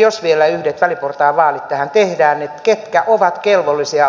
jos vielä yhdet väliportaan vaalit tähän tehdään että ketkä ovat kelvollisia olemaan ehdolla